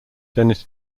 dennis